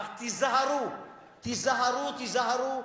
אך תיזהרו, תיזהרו, תיזהרו.